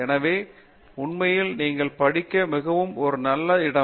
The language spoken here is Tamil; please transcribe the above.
எனவே உண்மையில் நீங்கள் படிக்கச் மிகவும் ஒரு நல்ல இடம்